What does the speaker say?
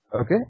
okay